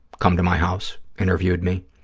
come to my house, interviewed me,